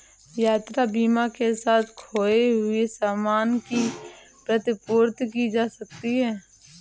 यात्रा बीमा के साथ खोए हुए सामान की प्रतिपूर्ति की जा सकती है